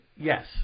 yes